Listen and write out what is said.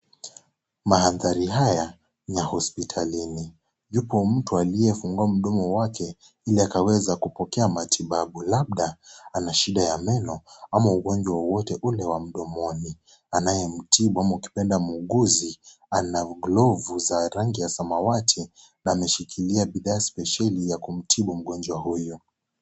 Mandhari haya ni ya hospitalini. Yupo mtu aliyefungua mdomo wake ili akaweze kupokea matibabu labda ana shida ya meno ama ugonjwa wowote ule wa mdomoni. Anayemtibu ama ukipenda muuguzi ana glovu za rangi ya samawati na ameshikilia bidhaa spesheli ya kumtibu mgonjwa huyo.